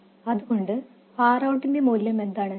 അതുകൊണ്ട് Rout ന്റെ മൂല്യം എന്താണ്